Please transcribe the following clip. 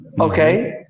okay